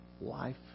Life